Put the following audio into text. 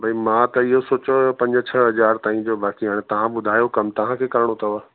भाई मां त इहो सोचियो हुओ पंज छह हज़ार ताईं जो बाक़ी तव्हां ॿुधायो कमु तव्हांखे करिणो अथव